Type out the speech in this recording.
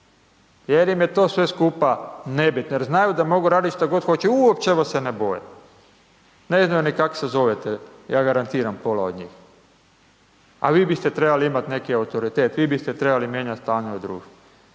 Jer im je to sve skupa nebitno, jer znaju da mogu raditi što god hoće uopće vas se ne boje. Ne znaju ni kako se zovete, ja garantiram pola od njih. A vi biste trebali imati neki autoritet, vi biste mijenjati stanje u društvu,